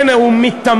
כן, הוא מיתמם.